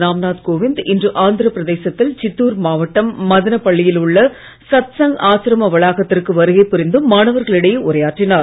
ராம் நாத் கோவிந்த் இன்று ஆந்திர பிரதேசத்தில் சித்தூர் மாவட்டம் மதனபள்ளியில் உள்ள சத்சங் ஆசிரம வளாகத்திற்கு வருகை புரிந்து மாணவர்கள் இடையே உரையாற்றினார்